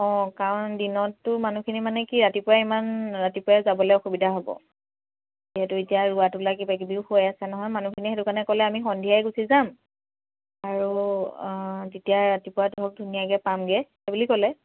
অঁ কাৰণ দিনতটো মানুহখিনি মানে কি ৰাতিপুৱাই ইমান ৰাতিপুৱাই যাবলৈ অসুবিধা হ'ব যিহেতু এতিয়া ৰোৱা তোলা কিবা কিবিও হৈ আছে নহয় মানুহখিনিয়ে সেইটো কাৰণে ক'লে আমি সন্ধিয়াই গুচি যাম আৰু তেতিয়া ৰাতিপুৱা ধৰক ধুনীয়াকৈ পামগৈ সেই বুলি ক'লে